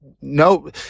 no